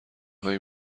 هایی